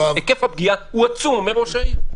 היקף הפגיעה הוא עצום, אומר ראש העיר.